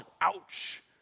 Ouch